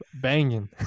banging